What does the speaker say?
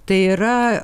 tai yra